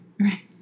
right